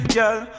Girl